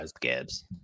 Gibbs